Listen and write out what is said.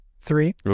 three